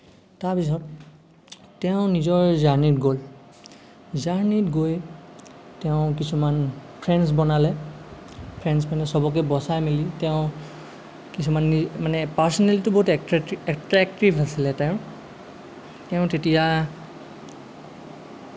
তাৰপিছত তেওঁ নিজৰ জাৰ্ণিত গ'ল জাৰ্ণিত গৈ তেওঁ কিছুমান ফ্ৰেণ্ডছ বনালে ফ্ৰেণ্ডছ মানে সবকে বচাই মেলি তেওঁ কিছুমান মানে পাৰ্চনেলিটিটো বহুত এট্ৰেক্টিভ আছিলে তেওঁৰ তেওঁ তেতিয়া